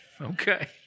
Okay